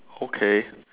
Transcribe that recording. okay